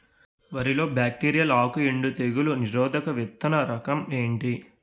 వరి లో బ్యాక్టీరియల్ ఆకు ఎండు తెగులు నిరోధక విత్తన రకం ఏంటి?